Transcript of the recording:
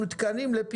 אז בוא אני אסביר לך.